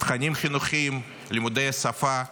תכנים חינוכיים, לימודי שפה ועוד.